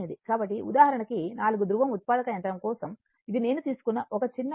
కాబట్టి ఉదాహరణకు 4 ధృవం ఉత్పాదక యంత్రం కోసం ఇది నేను తీసుకున్న ఒక చిన్న ఉదాహరణ